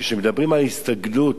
כשמדברים על הסתגלות,